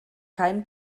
kein